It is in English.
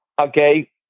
okay